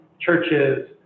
churches